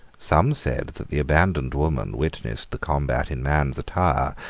some said that the abandoned woman witnessed the combat in man's attire,